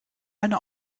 eine